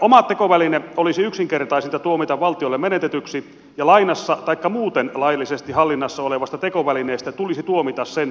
oma tekoväline olisi yksinkertaisinta tuomita valtiolle menetetyksi ja lainassa taikka muuten laillisesti hallinnassa olevasta tekovälineestä tulisi tuomita sen käyvä arvo